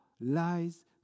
lies